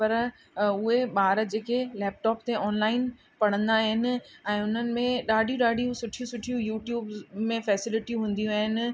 पर उहे ॿार जेके लैपटॉप ते ऑनलाइन पढ़ंदा आहिनि ऐं उन्हनि में ॾाढियूं ॾाढियूं सुठियूं सुठियूं यूट्यूब्ज़ में फेसिलिटियूं हूंदियूं आहिनि